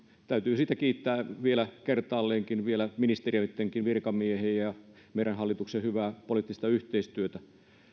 täytyy siitä kiittää vielä kertaalleenkin ministeriöittenkin virkamiehiä ja meidän hallituksen hyvää poliittista yhteistyötä